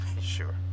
Sure